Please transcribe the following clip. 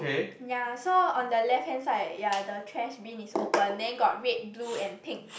ya so on the left hand side ya the trash bin is open then got red blue and pink